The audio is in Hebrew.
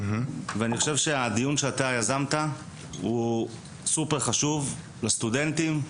ואני חושב שהדיון שאתה יזמת הוא סופר חשוב לסטודנטים,